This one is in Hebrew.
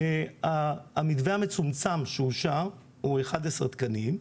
המתווה המצומצם שאושר הוא 11 תקנים.